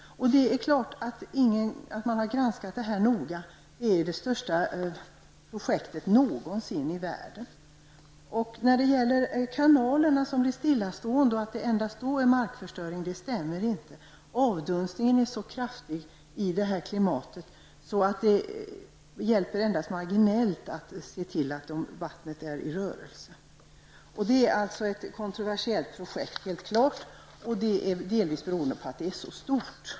Det är klart att man har granskat det här projektet noga. Det är ju det största projektet någonsin i världen. Att det blir markförstöring endast om vattnet i kanalerna är stillastående -- det stämmer inte. Avdunstningen är så kraftig i det här klimatet att det endast hjälper marginellt om man ser till att vattnet är i rörelse. Det är alltså helt klart att detta är ett kontroversiellt projekt, och det beror delvis på att det är så stort.